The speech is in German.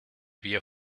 bier